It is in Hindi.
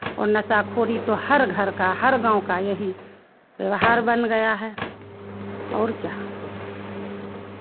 और नशाखोरी तो हर घर का हर गाँव का यही व्यवहार बन गया है और क्या